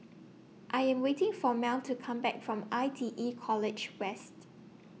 I Am waiting For Mel to Come Back from I T E College West